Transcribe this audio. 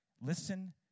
listen